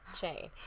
chain